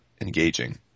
engaging